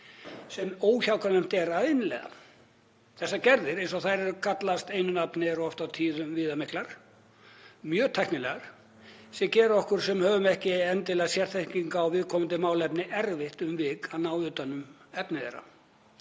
sem óhjákvæmilegt er að innleiða. Þessar gerðir, eins og þær kallast einu nafni, eru oft og tíðum viðamiklar og mjög tæknilegar sem gerir okkur sem höfum ekki endilega sérþekkingu á viðkomandi málefni erfitt um vik að ná utan um efni þeirra.